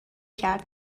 کرد